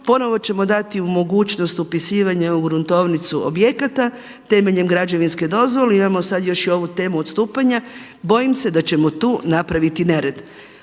Ponovno ćemo dati u mogućnost upisivanje u gruntovnicu objekata, temeljem građevinske dozvole, imamo sada još i ovu temu odstupanja, bojim se da ćemo tu napraviti nered.